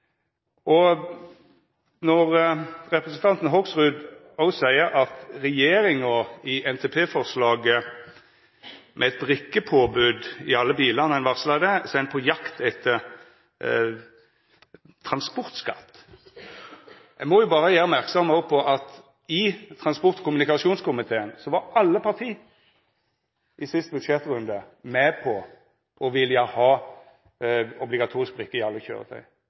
Når representanten Hoksrud seier at regjeringa var på jakt etter transportskatt då dei i NTP-forslaget varsla eit brikkepåbod i alle bilane, må eg berre gjera merksam på at i transport- og kommunikasjonskomiteen var alle parti i siste budsjettrunde med på å vilja ha obligatorisk brikke i alle